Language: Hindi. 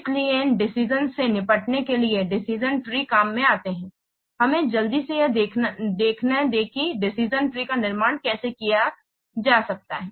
इसलिए इन डिशन्स से निपटने के लिए डिसिशन ट्री काम में आते हैं हमें जल्दी से यह देखने दें कि डिसिशन ट्री का निर्माण कैसे किया जा सकता है